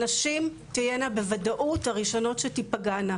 שנשים תהינה בוודאות הראשונות שתפגענה,